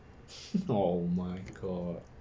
oh my god